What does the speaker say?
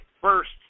first